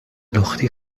لختی